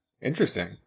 Interesting